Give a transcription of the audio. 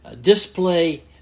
display